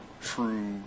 true